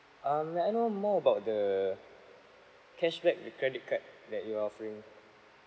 um may I know more about the cashback with credit card that you're offering